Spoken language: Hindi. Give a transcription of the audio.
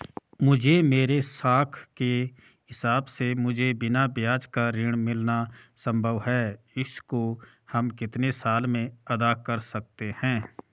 मुझे मेरे साख के हिसाब से मुझे बिना ब्याज का ऋण मिलना संभव है इसको हम कितने साल में अदा कर सकते हैं?